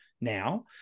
now